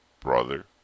Brother